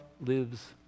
lives